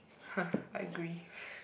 !huh! I agrees